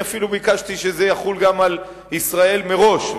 אני אפילו ביקשתי שזה יחול על ישראל מראש,